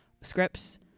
scripts